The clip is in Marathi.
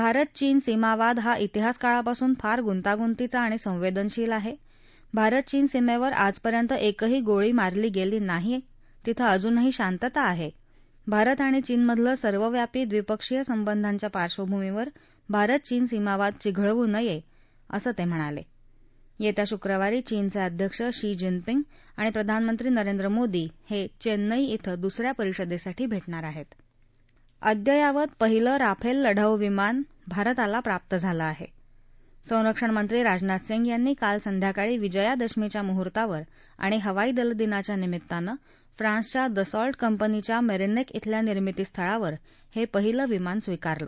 भारत चीन सीमावाद हा इतिहास काळापासून फार गुंतागुंतीचा आणि संवटिशील आहा मारत चीन सीमध्वि गल्खा काही दशकांमध्क्रिही गोळी झाडली गसी नाही तिथं अजूनही शांतता आहा मारत आणि चीनमधल्या सर्वकष द्विपक्षीय संबंधाच्या पार्श्वभूमीवर सीमावाद चिघळू नयव्रिसं तक्रिणाल अखा शुक्रवारी चीनचविध्यक्ष शी जिनपिंग आणि प्रधानमंत्री नरेंद्र मोदी हखिलिई इथं दुसऱ्या परिषदखिठी भाष्ट्राार आहस्त अद्ययावत पहिलं राफलि लढाऊ विमान भारताला प्राप्त झालं आह संरक्षणमंत्री राजनाथ सिंग यांनी काल संध्याकाळी विजयादशमीच्या मुहूर्तावर आणि हवाई दल दिनाच्या निमित्तानं फ्रांसच्या दसॉल कंपनीच्या मसिक्विइथल्या निर्मिती स्थळावर ह पहिलं विमान स्वीकारलं